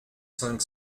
cinq